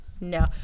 No